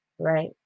right